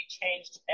changed